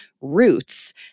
roots